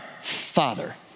father